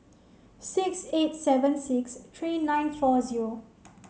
six eight seven six three nine four zero